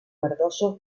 verdoso